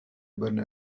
bonne